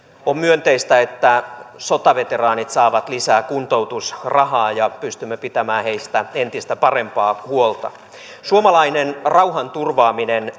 on myönteistä että sotaveteraanit saavat lisää kuntoutusrahaa ja pystymme pitämään heistä entistä parempaa huolta suomalainen rauhanturvaaminen